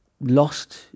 lost